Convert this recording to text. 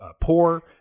poor